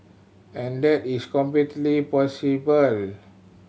and that is completely possible